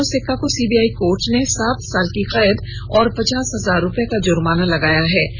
एनोस एक्का को CBI court ने सात साल की कैद और पचास हजार रुपये का जुर्माना लगाया है